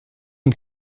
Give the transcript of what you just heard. und